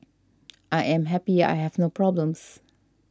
I am happy I have no problems